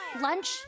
Lunch